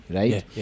right